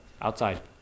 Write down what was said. Outside